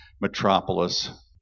Metropolis